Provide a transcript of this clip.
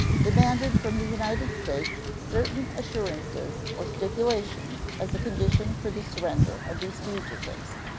demanded from the united states certain assurances or stipulations as a condition for the surrender of these fugitives.